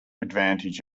advantage